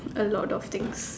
a lot of things